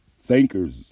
thinkers